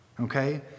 okay